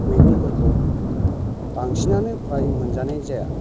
मैगंफोरखौ बांसिनानो फ्राय मोनजानाय जाया